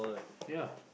yea